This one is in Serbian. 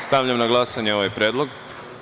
Stavljam na glasanje ovaj predlog.